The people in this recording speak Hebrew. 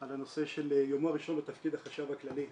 על הנושא של יומו הראשון בתפקיד החשב הכללי,